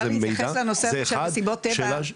אני רוצה להתייחס לנושא של מסיבות טבע.